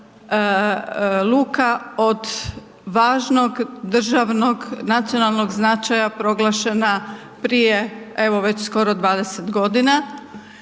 luka od važnog državnog, nacionalnog značaja proglašena prije, evo već skoro 20.g., da